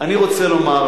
אני מבקש